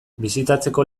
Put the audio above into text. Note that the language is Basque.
bisitatzeko